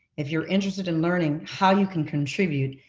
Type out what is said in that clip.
if you're interested in learning how you can contribute,